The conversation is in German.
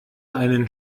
einen